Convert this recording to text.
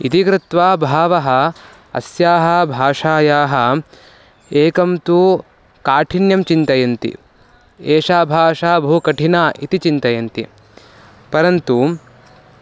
इति कृत्वा बहवः अस्याः भाषायाः एकं तु काठिन्यं चिन्तयन्ति एषा भाषा बहु कठिना इति चिन्तयन्ति परन्तु